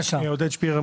שמי עודד שפירר,